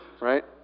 right